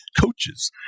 coaches